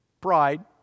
pride